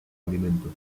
alimentos